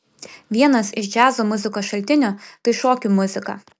vienas iš džiazo muzikos šaltinių tai šokių muzika